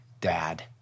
dad